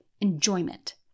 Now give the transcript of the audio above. Enjoyment